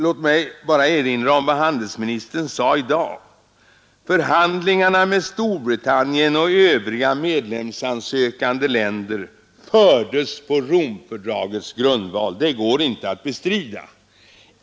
Låt mig bara erinra om vad handelsministern sade i dag: Förhandlingarna med Storbritannien och övriga medlemssökande länder fördes på Romfördragets grundval. Det går inte att bestrida.